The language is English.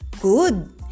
Good